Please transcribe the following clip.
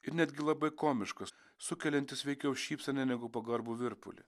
ir netgi labai komiškas sukeliantis veikiau šypseną negu pagarbų virpulį